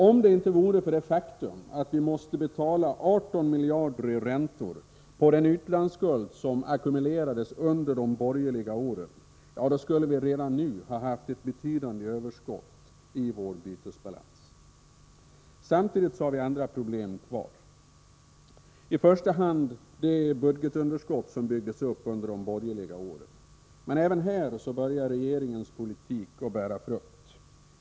Om det inte vore för det faktum att vi måste betala 18 miljarder i räntor på den utlandsskuld som ackumulerades under de borgerliga åren skulle vi redan nu ha haft ett betydande överskott i vår bytesbalans. Samtidigt har vi andra problem kvar, i första hand de budgetunderskott som byggdes upp under de borgerliga åren. Men även här börjar regeringens politik bära frukt.